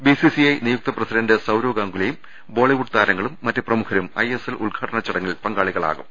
BCCI നിയുക്ത president Sourav ഗാംഗുലിയും ബോളിവുഡ് താരങ്ങളും മറ്റ് പ്രമുഖരും ഐഎ സ്എൽ ഉദ്ഘാടന ചടങ്ങിൽ പങ്കാളികളാവും